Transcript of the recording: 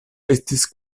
estis